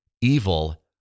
evil